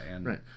Right